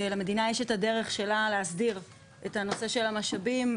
למדינה יש את הדרך שלה להסדיר את הנושא של המשאבים,